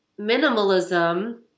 minimalism